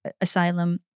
asylum